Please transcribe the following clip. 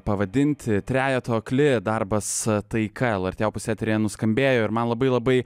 pavadinti trejeto akli darbas taika lrt opus eteryje nuskambėjo ir man labai labai